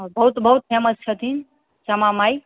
बहुत बहुत श्यामल छथिन श्यामा माइ